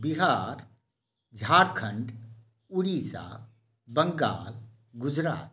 Bihar Jharkhand Odisha Bengal Gujarat